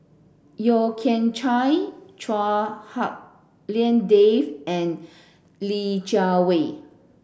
Yeo Kian Chye Chua Hak Lien Dave and Li Jiawei